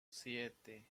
siete